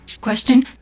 Question